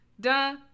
Duh